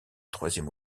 troisième